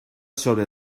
sobre